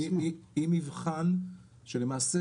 לכן התיאוריה הזאת קודם כל היא מבחן שלמעשה